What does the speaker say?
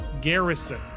garrison